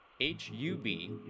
h-u-b